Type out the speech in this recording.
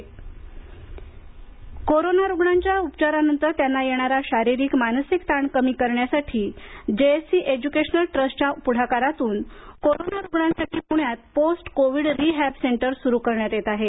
post covid centre corona रुग्णांच्या उपचारानंतर त्यांना येणारा शारीरिक मानसिक ताण कमी करण्यासाठी जेएससी एज्युकेशनल ट्रस्टच्या पुढाकारातून कोरोना रुग्णांसाठी पुण्यात पोस्ट कोविड रिहॅब सेंटर सुरु करण्यात येत आहे